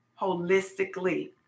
holistically